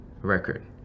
record